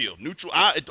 neutral